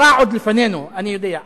הרע עוד לפנינו, אני יודע.